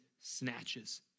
snatches